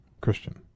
Christian